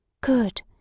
Good